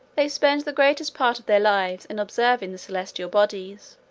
they spend the greatest part of their lives in observing the celestial bodies,